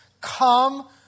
Come